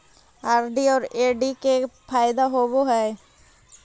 RD और FD के का फायदा होव हई?